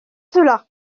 cela